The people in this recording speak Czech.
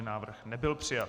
Návrh nebyl přijat.